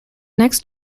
next